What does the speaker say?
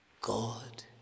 God